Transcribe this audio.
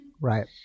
Right